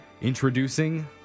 Introducing